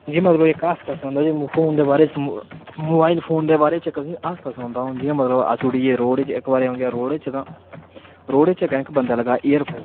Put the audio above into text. जि'यां मतलब इक्क हादसा सनान्नां फोन दे बारे च मोबाईल फोन दे बारे च इक्क तुसेंगी हादसा सनान्नां जि'यां मतलब अस उट्ठियै रोड़ च जि'यां इक्क बारी अं'ऊ गेआ रोड़ च रोड़ च अग्गें इक्क बंदे लग्गे दा ईयरफोन